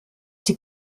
die